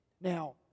Now